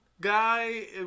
guy